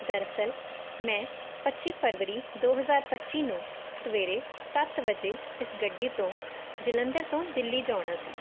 ਦਰਅਸਲ ਮੈਂ ਪੱਚੀ ਫਰਵਰੀ ਦੋ ਹਜ਼ਾਰ ਪੱਚੀ ਨੂੰ ਸਵੇਰੇ ਸੱਤ ਵਜੇ ਇਸ ਗੱਡੀ ਤੋਂ ਜਲੰਧਰ ਤੋਂ ਦਿੱਲੀ ਜਾਣਾ ਸੀ